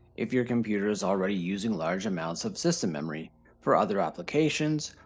if your computer is already using large amounts of system memory for other applications,